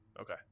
Okay